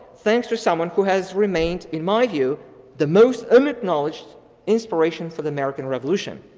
thanks to someone who has remained in my view the most um acknowledge inspiration for the american revolution.